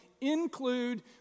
include